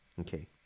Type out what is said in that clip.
Okay